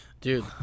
dude